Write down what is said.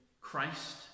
Christ